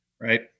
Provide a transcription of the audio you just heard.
right